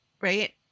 Right